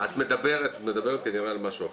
את מדברת כנראה על משהו אחר.